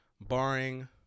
barring